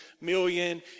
million